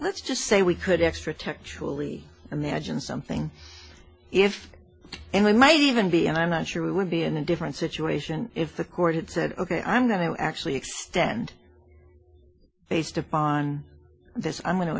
let's just say we could extra textually imagine something if and we might even be and i'm not sure we would be in a different situation if the court said ok i'm going to actually extend based upon this i'm going to